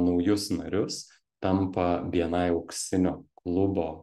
naujus narius tampa bni auksinio klubo